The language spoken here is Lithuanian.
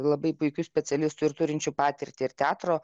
labai puikių specialistų ir turinčių patirtį ir teatro